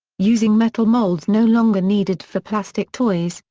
using metal molds no longer needed for plastic toys,